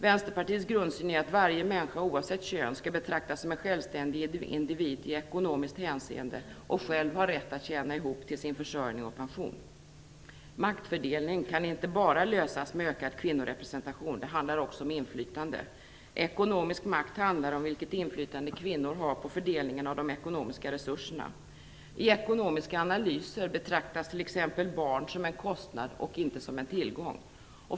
Vänsterpartiets grundsyn är att varje människa oavsett kön skall betraktas som en självständig individ i ekonomiskt hänseende och själv ha rätt att tjäna ihop till sin försörjning och pension. Frågan om maktfördelning kan inte lösas bara med ökad kvinnorepresentation. Det handlar också om inflytande. Ekonomisk makt handlar om vilket inflytande kvinnor har på fördelningen av de ekonomiska resurserna. I ekonomiska analyser betraktas t.ex. barn som en kostnad och inte som en tillgång.